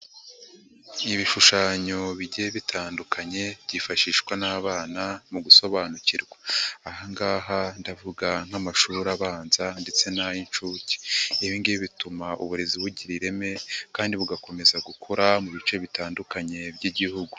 Ibishushanyo bigiye bitandukanye byifashishwa n'abana mu gusobanukirwa. Aha ngaha ndavuga nk'amashuri abanza ndetse n'ay'inshuke. Ibi ngibi bituma uburezi bugira ireme kandi bugakomeza gukura mu bice bitandukanye by'igihugu